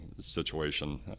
situation